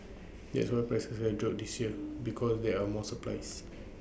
that's why prices have dropped this year because there are more supplies